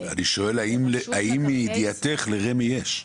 אני שואל האם מידיעתך לרמ"י יש?